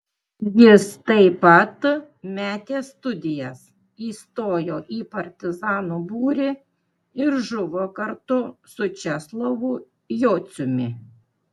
jis taip pat metė studijas įstojo į partizanų būrį ir žuvo kartu su česlovu jociumi